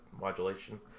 modulation